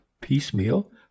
piecemeal